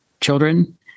children